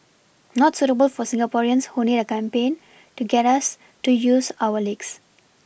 not suitable for Singaporeans who need a campaign to get us to use our legs